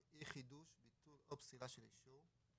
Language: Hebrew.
אני חושב שהאיזון ההולם כדי לפתור את הנושא הזה הוא